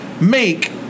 make